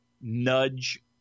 nudge